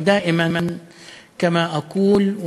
ותמיד כמו שאני אומר,